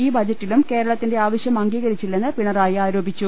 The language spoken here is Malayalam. ഈ ബജറ്റിലും കേരളത്തിന്റെ ആവശ്യം അംഗീകരിച്ചില്ലെന്ന് പിണറായി ആരോപിച്ചു